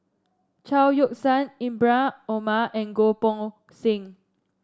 Chao Yoke San Ibrahim Omar and Goh Poh Seng